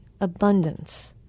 abundance